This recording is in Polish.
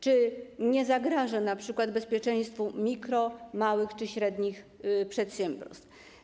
Czy nie zagraża np. bezpieczeństwu mikro-, małych czy średnich przedsiębiorstw.